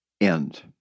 end